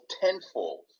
tenfold